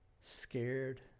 scared